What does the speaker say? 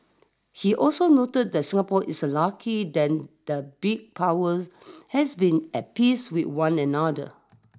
he also noted that Singapore is a lucky that the big power has been at peace with one another